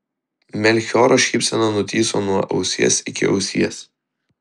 melchioro šypsena nutįso nuo ausies iki ausies